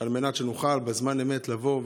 על מנת שנוכל בזמן אמת לבוא,